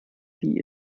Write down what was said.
wie